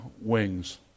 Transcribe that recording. wings